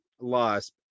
loss